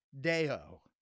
Deo